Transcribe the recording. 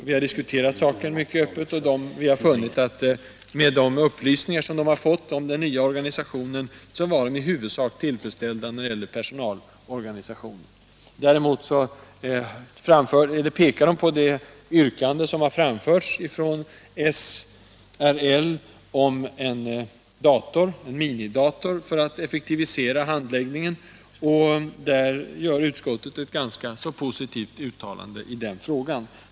Vi har diskuterat saken mycket öppet, och man var i stort sett nöjd med de upplysningar man fick om den nya organisationen och personalresurserna. Däremot pekar man på det yrkande som framförts från SBL om en minidator för att effektivisera handläggningen, och i denna fråga gör utskottet ett ganska positivt uttalande.